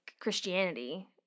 Christianity